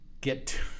get